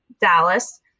Dallas